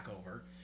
over